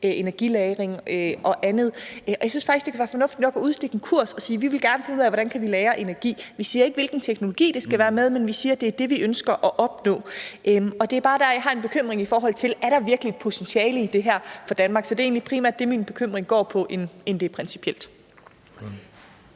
energilagring og andet. Jeg synes faktisk, det kan være fornuftigt nok at udstikke en kurs og sige, at vi gerne vil finde ud af, hvordan vi kan lagre energi. Vi siger ikke, hvilken teknologi det skal være med, men vi siger, at det er det, vi ønsker at opnå. Og det er bare dér, jeg har en bekymring om, om der virkelig er et potentiale i det her for Danmark. Det er egentlig primært det, min bekymring går på, mere end det er principielt.